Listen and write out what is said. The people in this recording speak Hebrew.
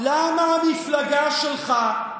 למה המפלגה שלך,